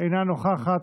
אינה נוכחת,